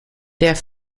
der